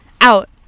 out